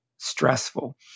stressful